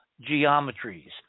geometries